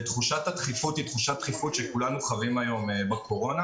ותחושת הדחיפות היא תחושת דחיפות שכולנו חווים היום בקורונה.